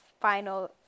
final